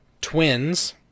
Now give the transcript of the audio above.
twins